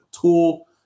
tool